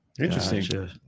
interesting